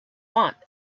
want